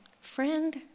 friend